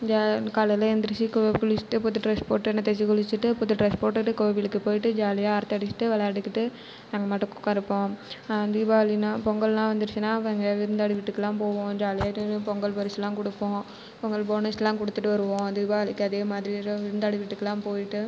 இங்கே காலையில் எந்துருச்சி கு குளிச்சிவிட்டு புது ட்ரெஸ் போட்டு எண்ணத் தேய்ச்சி குளிச்சிவிட்டு புது ட்ரெஸ் போட்டுவிட்டு கோவிலுக்கு போயிவிட்டு ஜாலியாக அரட்டை அடிச்சிகிட்டு விளையாடிக்கிட்டு நாங்கள் மாட்டுக்கு உட்காருப்போம் தீபாவளின்னா பொங்கல்னா வந்துடுச்சுனா கொஞ்சம் விருந்தாளி வீட்டுக்குலாம் போவோம் ஜாலியாக டெய்லியும் பொங்கல் பரிசுலாம் கொடுப்போம் பொங்கல் போனஸ்லாம் கொடுத்துட்டு வருவோம் தீபாவளிக்கு அதே மாதிரி இரவு விருந்தாளி வீட்டுக்குலாம் போயிவிட்டு